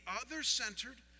other-centered